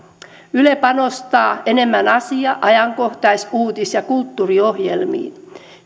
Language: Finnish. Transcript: yle panostaa enemmän asia ajankohtais uutis ja kulttuuriohjelmiin